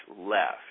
left